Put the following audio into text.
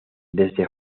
desde